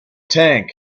tank